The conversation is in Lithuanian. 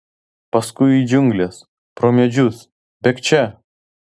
paskui į džiungles pro medžius bėgčia